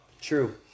True